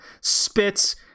spits